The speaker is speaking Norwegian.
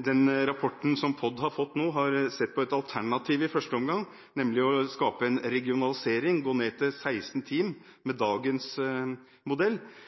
Den rapporten som POD nå har fått, har i første omgang sett på et alternativ, nemlig å skape en regionalisering og gå ned til 16 team med dagens modell.